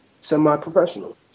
semi-professional